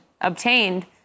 obtained